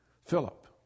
Philip